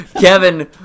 Kevin